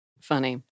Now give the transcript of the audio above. Funny